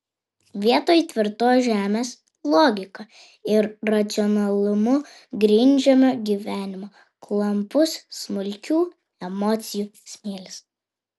vietoj tvirtos žemės logika ir racionalumu grindžiamo gyvenimo klampus smulkių emocijų smėlis